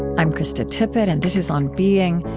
i'm krista tippett, and this is on being.